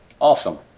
Awesome